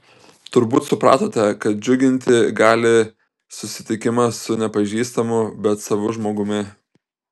turbūt supratote kad džiuginti gali susitikimas su nepažįstamu bet savu žmogumi